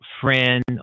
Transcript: friend